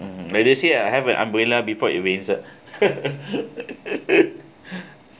like they say I have an umbrella before it rains uh